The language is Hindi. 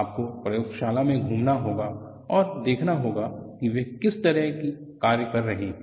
आपको कार्यशाला में घूमना होगा और देखना होगा कि वे किस तरह की कार्य कर रहे हैं